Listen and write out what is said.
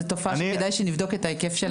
זו תופעה שכדאי שנבדוק את ההיקף שלה.